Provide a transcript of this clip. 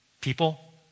People